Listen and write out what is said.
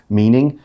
meaning